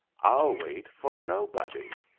i'll wait for nobody.